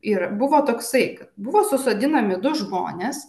ir buvo toksai buvo susodinami du žmonės